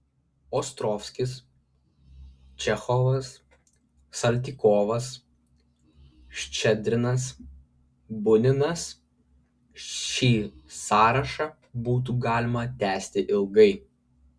ostrovskis čechovas saltykovas ščedrinas buninas šį sąrašą būtų galima tęsti ilgai